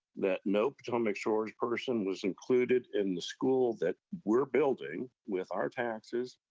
that no potomac shores person was included in the school that we're building with our taxes,